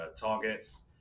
targets